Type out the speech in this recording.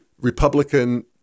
Republican